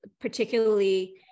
particularly